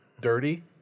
Dirty